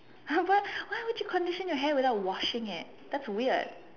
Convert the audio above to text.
!huh! but why would you condition your hair without washing it that's weird